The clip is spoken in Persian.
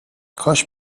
کاش